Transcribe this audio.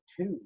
Two